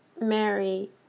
Mary